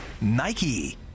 Nike